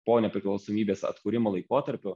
po nepriklausomybės atkūrimo laikotarpiu